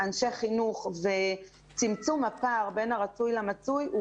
אנשי חינוך וצמצום הפער בין הרצוי למצוי,